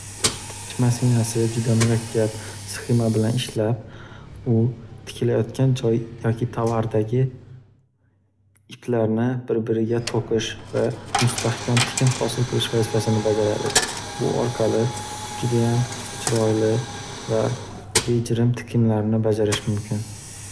Tikish mashinasi juda murakkab sxema bilan ishlab, u tikilayotgan joy yoki tovardagi iplarni bir-biriga to'qish va mustahkam tikin hosil qilish vazifasini bajaradi. Bu orqali judayam chiroyli va bejirim tikimlarni bajarish mumkin.